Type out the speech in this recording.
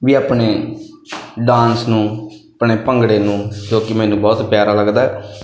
ਵੀ ਆਪਣੇ ਡਾਂਸ ਨੂੰ ਆਪਣੇ ਭੰਗੜੇ ਨੂੰ ਜੋ ਕਿ ਮੈਨੂੰ ਬਹੁਤ ਪਿਆਰਾ ਲੱਗਦਾ